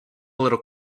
little